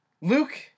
Luke